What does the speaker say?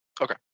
okay